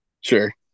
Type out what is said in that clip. sure